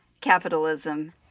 capitalism